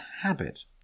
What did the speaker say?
habit